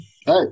Hey